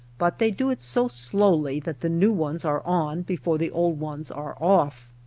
but they do it so slowly that the new ones are on before the old ones are off.